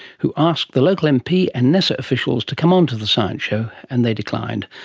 who asked the local mp and nesa officials to come onto the science show, and they declined,